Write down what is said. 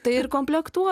tai ir komplektuoju